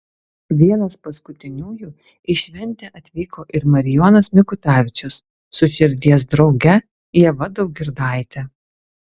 vienas paskutiniųjų į šventę atvyko ir marijonas mikutavičius su širdies drauge ieva daugirdaite